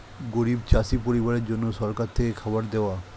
গরিব চাষি পরিবারের জন্য সরকার থেকে খাবার দেওয়া